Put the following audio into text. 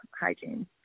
hygiene